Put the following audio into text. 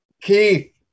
Keith